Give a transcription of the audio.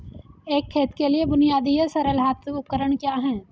एक खेत के लिए बुनियादी या सरल हाथ उपकरण क्या हैं?